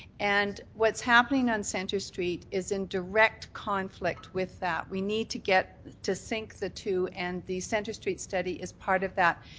and what's happening on centre street is in direct conflict with that. we need to get to sync the two and the centre street study is part of that.